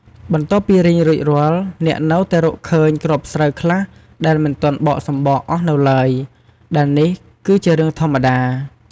បន្ទាប់ពីរែងរួចរាល់ អ្នកនៅតែរកឃើញគ្រាប់ស្រូវខ្លះដែលមិនទាន់បកសម្បកអស់នៅឡើយ ដែលនេះគឺជារឿងធម្មតា។